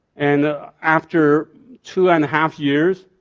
and after two and half years,